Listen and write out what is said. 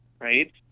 right